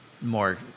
more